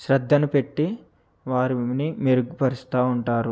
శ్రద్ధను పెట్టి వారిని మెరుగుపరుస్తూ ఉంటారు